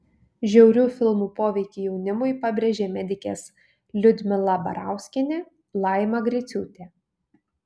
žiaurių filmų poveikį jaunimui pabrėžė medikės liudmila barauskienė laima griciūtė